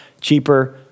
cheaper